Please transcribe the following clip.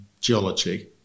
geology